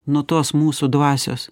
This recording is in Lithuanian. nuo tos mūsų dvasios